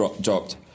dropped